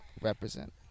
represent